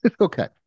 Okay